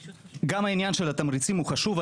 גם העניין של התמריצים חשוב.